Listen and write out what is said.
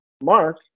Mark